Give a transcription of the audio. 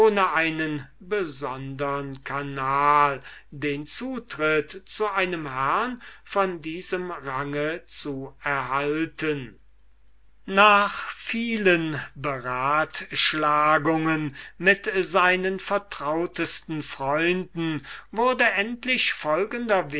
einen besondern canal den zutritt zu einem herrn von diesem range zu erhalten nach vielen beratschlagungen mit seinen vertrautesten freunden wurde endlich folgender